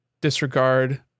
disregard